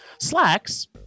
Slacks